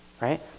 right